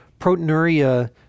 Proteinuria